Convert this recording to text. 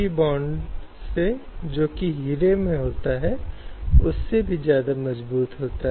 इस मॉड्यूल में हम विशेष रूप से यौन उत्पीड़न अधिनियम को देखकर कानूनी क्षेत्र में प्रवेश करने का प्रयास करेंगे जो 2013 से अस्तित्व में आया है